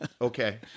Okay